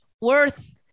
worth